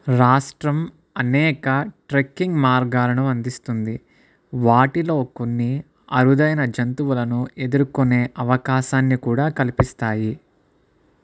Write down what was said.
రాష్ట్రం అనేక ట్రెక్కింగ్ మార్గాలను అందిస్తుంది వాటిలో కొన్ని అరుదైన జంతువులను ఎదుర్కొనే అవకాశాన్ని కూడా కల్పిస్తాయి